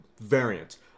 variant